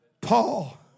Paul